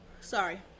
sorry